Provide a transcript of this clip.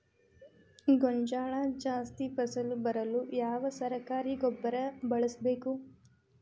ಗೋಂಜಾಳ ಜಾಸ್ತಿ ಫಸಲು ಬರಲು ಯಾವ ಸರಕಾರಿ ಗೊಬ್ಬರ ಬಳಸಬೇಕು?